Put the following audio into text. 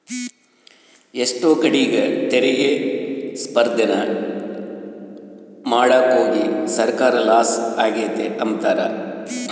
ಎಷ್ಟೋ ಕಡೀಗ್ ತೆರಿಗೆ ಸ್ಪರ್ದೇನ ಮಾಡಾಕೋಗಿ ಸರ್ಕಾರ ಲಾಸ ಆಗೆತೆ ಅಂಬ್ತಾರ